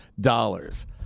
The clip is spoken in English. dollars